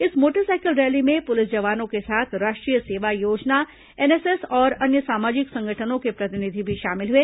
इस motorcycle rally में police जवानों के साथ राष्ट्रीय सेवा योजना एनएसएस और अन्य सामाजिक संगठनों के प्रतिनिधि भी शामिल हुए